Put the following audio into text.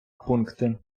пункти